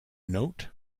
note